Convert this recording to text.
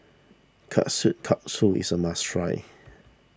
Kushikatsu is a must try